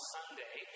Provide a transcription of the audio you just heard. Sunday